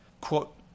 Quote